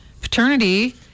paternity